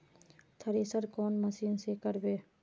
Thresher कौन machine से करबे?